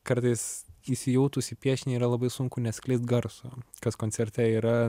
kartais įsijautus į piešinį yra labai sunku neskleist garso kad koncerte yra